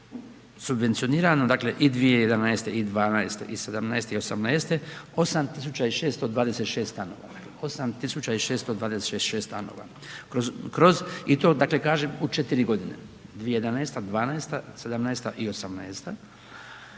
subvencioniranje dakle i 2011. i 2012., i 2017. i 2018. 8626 stanova. Kroz i to dakle kažem u 4 godine, 2011., 2012., 2017., 2018.